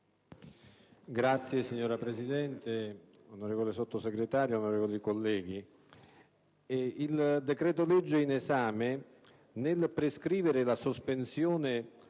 *(PD)*. Signora Presidente, onorevole Sottosegretario, onorevoli colleghi, il decreto-legge in esame, nel prescrivere la sospensione